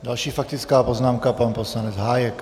Další faktická poznámka pan poslanec Hájek.